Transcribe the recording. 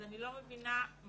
אז אני לא מבינה מתי